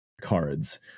cards